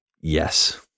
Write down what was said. yes